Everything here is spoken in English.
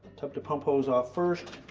tuck the pump hose off first,